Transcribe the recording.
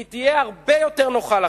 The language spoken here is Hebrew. היא תהיה הרבה יותר נוחה לכם.